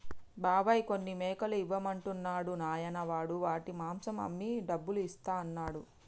బాబాయ్ కొన్ని మేకలు ఇవ్వమంటున్నాడు నాయనా వాడు వాటి మాంసం అమ్మి డబ్బులు ఇస్తా అన్నాడు